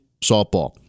Softball